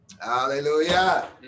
hallelujah